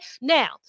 now